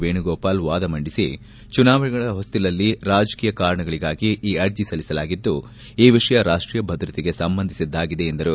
ವೇಣುಗೋಪಾಲ್ ವಾದ ಮಂಡಿಸಿ ಚುನಾವಣೆಗಳ ಹೊಸ್ತಿಲಲ್ಲಿ ರಾಜಕೀಯ ಕಾರಣಗಳಿಗಾಗಿ ಈ ಅರ್ಜಿ ಸಲ್ಲಿಸಲಾಗಿದ್ದು ಈ ವಿಷಯ ರಾಷ್ಷೀಯ ಭದ್ರತೆಗೆ ಸಂಬಂಧಿಸಿದ್ದಾಗಿದೆ ಎಂದರು